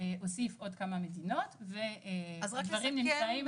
הוסיף עוד כמה מדינות והדברים נמצאים על שולחן הוועדה.